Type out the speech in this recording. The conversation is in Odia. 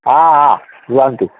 ହଁ ହଁ ରୁହନ୍ତୁ